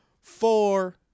four